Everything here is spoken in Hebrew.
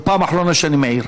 זו פעם אחרונה שאני מעיר.